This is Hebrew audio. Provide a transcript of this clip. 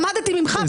למדתי ממך,